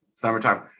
summertime